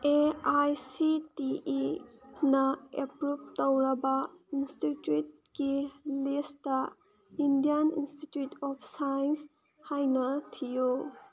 A I C T ꯏꯅ approve ꯇꯧꯔꯕ ꯏꯟꯁꯇꯤꯇ꯭ꯌꯨꯠꯀꯤ ꯂꯤꯁꯇ ꯏꯟꯗꯤꯌꯥꯟ ꯏꯟꯁꯇꯤꯇ꯭ꯌꯨꯠ ꯑꯣꯐ ꯁꯥꯏꯟꯁ ꯍꯥꯏꯅ ꯊꯤꯌꯨ